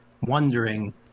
wondering